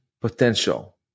potential